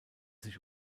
sich